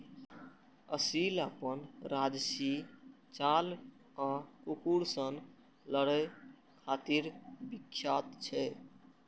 असील अपन राजशी चाल आ कुकुर सं लड़ै खातिर विख्यात छै